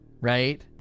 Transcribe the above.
Right